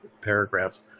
paragraphs